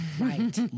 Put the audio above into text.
Right